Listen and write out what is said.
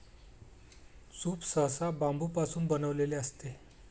soup सहसा बांबूपासून बनविलेले असते